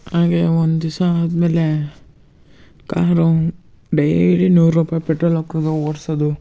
ಹಾಗೆ ಒಂದಿವ್ಸ ಆದಮೇಲೆ ಕಾರು ಡೈಲಿ ನೂರು ರೂಪಾಯಿ ಪೆಟ್ರೋಲ್ ಹಾಕೋದು ಓಡಿಸೋದು